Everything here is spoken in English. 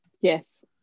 Yes